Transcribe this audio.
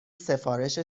سفارش